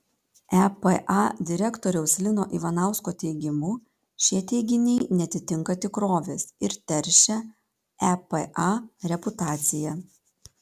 epa direktoriaus lino ivanausko teigimu šie teiginiai neatitinka tikrovės ir teršia epa reputaciją